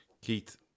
Keith